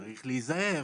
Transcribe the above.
צריך להיזהר,